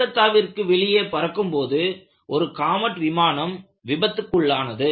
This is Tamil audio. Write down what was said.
கல்கத்தாவிற்கு வெளியே பறக்கும் போது ஒரு காமெட் விமானம் விபத்துக்குள்ளானது